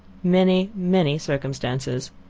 many, many circumstances,